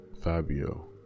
Fabio